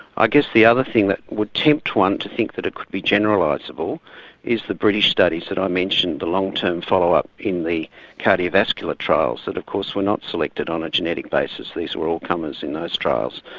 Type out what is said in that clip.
i guess the other thing that would tempt one to think that it could be generalisable is the british studies that i mentioned the long term follow up in the cardiovascular trials that of course were not selected on a genetic basis. these were all comers in those trials.